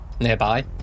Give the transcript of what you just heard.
nearby